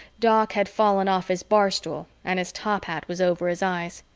doc had fallen off his bar stool and his top hat was over his eyes.